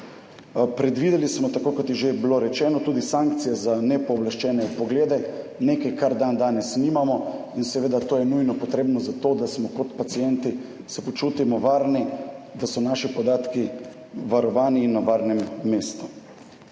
Predvideli smo, tako kot je že bilo rečeno, tudi sankcije za nepooblaščene vpoglede, nekaj kar dandanes nimamo. In seveda to je nujno potrebno za to, da smo kot pacienti, se počutimo varni, da so naši podatki varovani na varnem mestu.